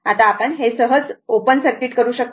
आता आपण हे सहज ओपन सर्किट करू शकता